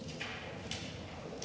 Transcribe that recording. Tak